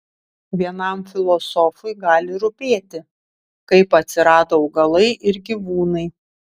vienam filosofui gali rūpėti kaip atsirado augalai ir gyvūnai